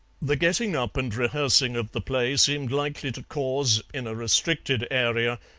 the getting-up and rehearsing of the play seemed likely to cause, in a restricted area,